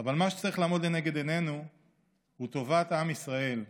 אבל מה שצריך לעמוד לנגד עינינו הוא טובת עם ישראל,